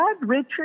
Richard